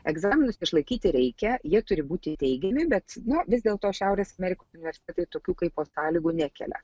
egzaminus išlaikyti reikia jie turi būti teigiami bet na vis dėl to šiaurės amerikos universitetai tokių kaipo sąlygų nekelia